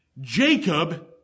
Jacob